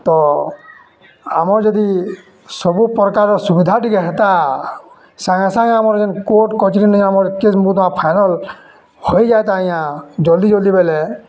ତ ଆମର୍ ଯଦି ସବୁ ପ୍ରକାର୍ ସୁବିଧା ଟିକେ ହେତା ସାଙ୍ଗେ ସାଙ୍ଗେ ଆମ୍ର ଯେନ୍ କୋର୍ଟ କଚ୍ରି ନେଇ ଆମର କେସ୍ ମକଦମା ଫାଇନାଲ୍ ହୋଇଯାଏତା ଆଜ୍ଞା ଜଲ୍ଦି ଜଲ୍ଦି ବେଲେ